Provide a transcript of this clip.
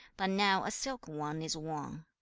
but now a silk one is worn.